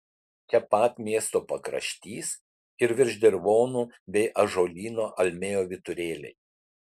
čia pat miesto pakraštys ir virš dirvonų bei ąžuolyno almėjo vyturėliai